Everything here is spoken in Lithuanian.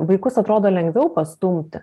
vaikus atrodo lengviau pastumti